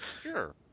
Sure